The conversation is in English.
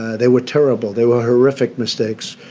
they were terrible. they were horrific mistakes.